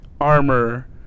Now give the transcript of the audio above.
armor